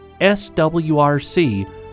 SWRC